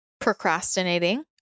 procrastinating